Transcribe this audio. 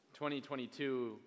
2022